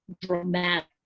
dramatic